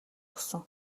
өгсөн